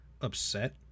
upset